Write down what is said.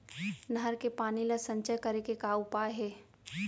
नहर के पानी ला संचय करे के का उपाय हे?